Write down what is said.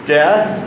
death